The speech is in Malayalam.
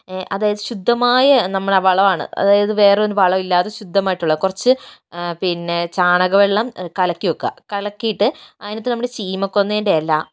അതായത് ശുദ്ധമായ നമ്മളുടെ വളമാണ് അതായത് വേറൊരു വളവില്ലാതെ ശുദ്ധമായിട്ടുള്ള കുറച്ച് പിന്നെ ചാണകവെള്ളം കലക്കിവെക്കുക കലക്കിയിട്ട് അതിനകത്ത് നമ്മളുടെ ശീമക്കൊന്നേൻ്റെ ഇല